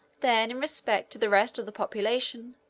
then, in respect to the rest of the population,